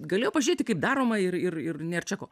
galėjo pažiūrėti kaip daroma ir ir ir nėr čia ko